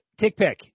TickPick